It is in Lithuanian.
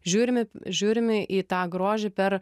žiūrim i žiūrim į tą grožį per